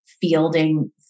fielding